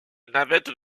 navette